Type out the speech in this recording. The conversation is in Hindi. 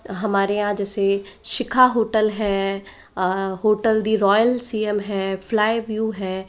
हमारे यहाँ जैसे शिखा होटल है hotel the royal C M है फ़्लाइ व्यू है